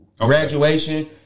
Graduation